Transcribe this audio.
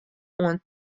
oant